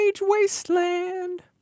Wasteland